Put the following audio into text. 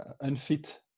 unfit